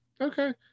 okay